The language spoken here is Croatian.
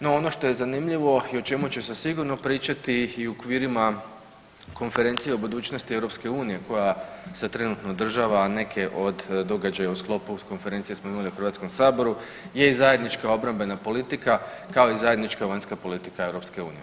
No, ono što je zanimljivo i o čemu će se sigurno pričati i u okvirima konferencije o budućnosti EU koja se trenutno održava neke od događaja u sklopu s konferencije smo imali u Hrvatskom saboru, je i zajednička obrambena politika kao i zajednička vanjska politika EU.